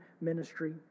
ministry